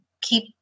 keep